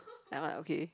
nevermind okay